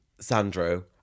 Sandro